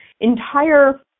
entire